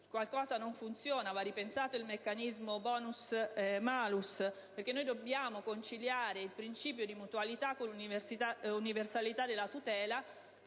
Qualcosa non funziona, per cui va ripensato il meccanismo *bonus-malus*: dobbiamo conciliare il principio di mutualità con l'universalità della tutela,